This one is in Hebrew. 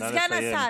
סגן השר,